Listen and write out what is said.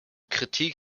kritik